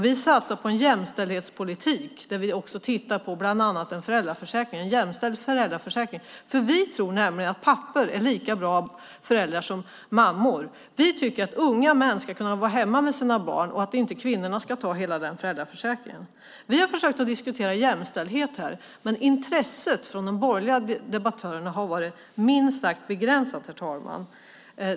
Vi satsar på en jämställdhetspolitik där vi också tittar på bland annat en jämställd föräldraförsäkring. Vi tror att pappor är lika bra föräldrar som mammor. Vi tycker att unga män ska kunna vara hemma med sina barn och att inte kvinnorna ska ta ut hela föräldraförsäkringen. Vi har försökt att diskutera jämställdhet, men intresset från de borgerliga debattörerna har varit minst sagt begränsat, herr talman.